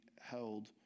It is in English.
held